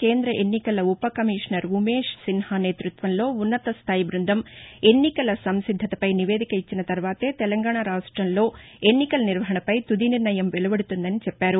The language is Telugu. కేంద్ర ఎన్నికల ఉ ప కమిషనర్ ఉమేష్ సిన్హ నేతృత్వంలో ఉన్నత స్తాయి బ్బందం ఎన్నికల సంసిద్వతపై నివేదిక ఇచ్చిన తర్వాతే తెలంగాణ రాష్టంలో ఎన్నికల నిర్వహణపై తుది నిర్ణయం వెలువడుతుందని చెప్పారు